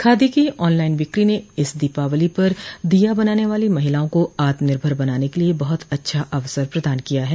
खादी की ऑनलाइन बिक्री ने इस दीवाली पर दीया बनाने वाली महिलाओं को आत्मनिर्भर बनाने के लिए बहुत अच्छा अवसर प्रदान किया है